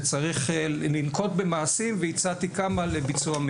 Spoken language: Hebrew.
וצריך לנקוט במעשים,